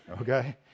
Okay